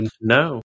No